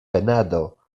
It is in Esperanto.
penado